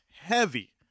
heavy